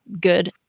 Good